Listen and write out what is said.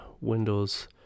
Windows